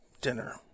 dinner